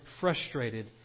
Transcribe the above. frustrated